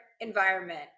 environment